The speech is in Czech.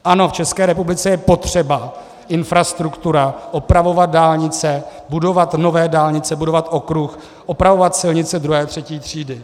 Ano, v České republice je potřeba infrastruktura, opravovat dálnice, budovat nové dálnice, budovat okruh, opravovat silnice II. a III. třídy.